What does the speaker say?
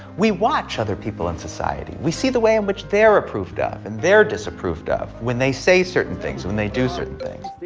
we watch other people in society, we see the way in which they're approved of and they're disapproved of, when they say certain things, when they do certain things.